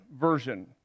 version